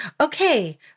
okay